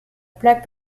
plaque